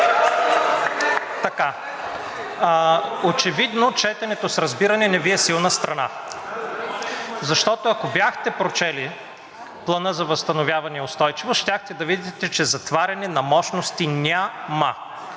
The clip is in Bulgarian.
Очевидно четенето с разбиране не Ви е силна страна, защото, ако бяхте прочели Плана за възстановяване и устойчивост, щяхте да видите, че затваряне на мощности няма.